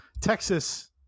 Texas